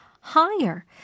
higher